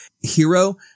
hero